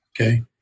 Okay